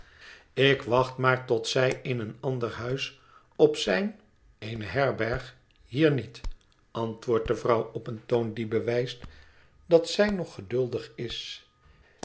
ïk wacht maar tot zij in een ander huis op zijn eene herberg hier niet antwoordt de vrouw op een toon die bewijst dat zij nog geduldig is